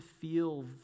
feel